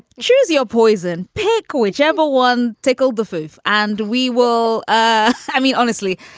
choose your poison. pick whichever one tickled the food and we will. i i mean, honestly,